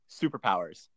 superpowers